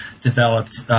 developed